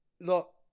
look